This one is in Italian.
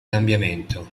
cambiamento